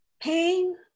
Pain